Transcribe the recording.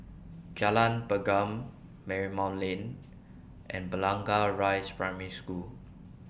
Jalan Pergam Marymount Lane and Blangah Rise Primary School